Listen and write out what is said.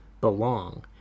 belong